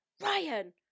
Ryan